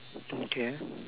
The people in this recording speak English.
okay